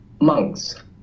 Monks